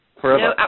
forever